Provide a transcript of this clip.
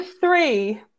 three